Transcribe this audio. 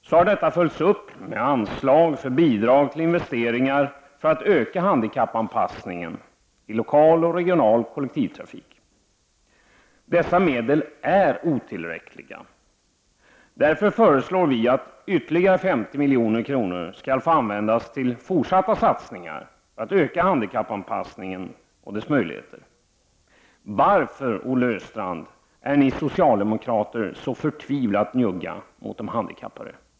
Detta har följts upp med anslag för bidrag till investeringar för att öka handikappanpassningen i lokal och regional kollektivtrafik. Dessa medel är otillräckliga. Därför föreslår vi att ytterligare 50 milj.kr. skall få användas till fortsatta satsningar för att öka handikappanpassningen och dess möjligheter. Varför, Olle Östrand, är ni socialdemokrater så förtvivlat njugga mot de handikappade?